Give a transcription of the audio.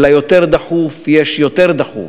וליותר דחוף יש יותר דחוף,